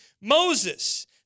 moses